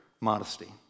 modesty